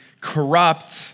corrupt